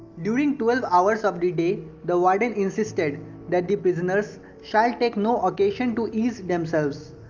during twelve hours of the day the warden insisted that the prisoners, shall like take no occasion to ease themselves.